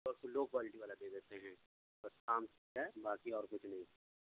لو quality والا دے دیتے ہیں بس کام چل جائے باقی اور کچھ نہیں